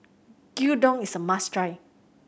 gyudon is a must try